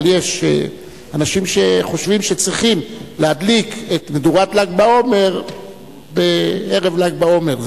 אבל יש אנשים שחושבים שצריכים להדליק את מדורת ל"ג בערב ל"ג בעומר.